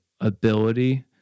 ability